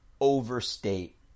overstate